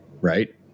right